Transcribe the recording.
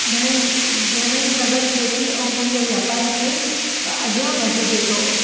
घणेई घणेई मदद थिए थी ऐं पंहिंजे वापार खे अॻियां वधिजे थो